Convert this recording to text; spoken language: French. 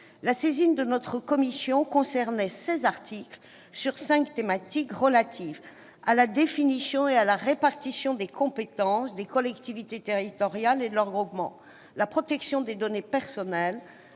La saisine de la commission des lois concernait donc 16 articles, couvrant cinq thématiques : la définition et la répartition des compétences des collectivités territoriales et de leurs groupements, la protection des données personnelles,